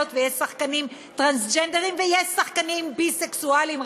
ויש שחקנים טרנסג'נדרים ויש שחקנים ביסקסואלים.